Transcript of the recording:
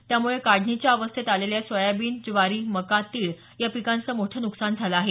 यामुळे काढणीच्या अवस्थेत असलेल्या सोयाबीन ज्वारी मका तीळ या पिकांचं मोठं नुकसान झालं आहे